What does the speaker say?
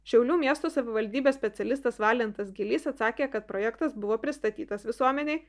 šiaulių miesto savivaldybės specialistas valentas gilys atsakė kad projektas buvo pristatytas visuomenei